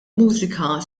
mużika